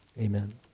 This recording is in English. amen